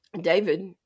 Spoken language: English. David